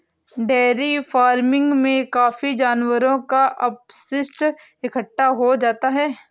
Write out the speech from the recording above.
dairy farming में काफी जानवरों का अपशिष्ट इकट्ठा हो जाता है